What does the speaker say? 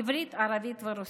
עברית, ערבית ורוסית.